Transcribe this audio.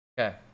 okay